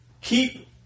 keep